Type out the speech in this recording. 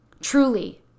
Truly